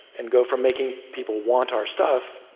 and go from making people want our stuff,